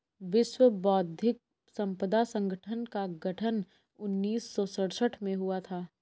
विश्व बौद्धिक संपदा संगठन का गठन उन्नीस सौ सड़सठ में हुआ था